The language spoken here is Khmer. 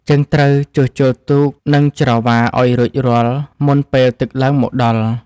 យើងត្រូវជួសជុលទូក និងច្រវាឱ្យរួចរាល់មុនពេលទឹកឡើងមកដល់។